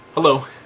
Hello